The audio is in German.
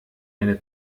eine